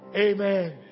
Amen